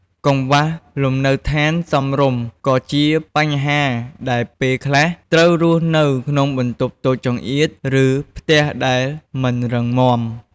កង្វះលំនៅឋានសមរម្យ ក៏ជាបញ្ហាដែរ ពេលខ្លះត្រូវរស់នៅក្នុងបន្ទប់តូចចង្អៀត ឬផ្ទះដែលមិនរឹងមាំ។